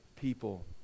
people